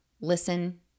listen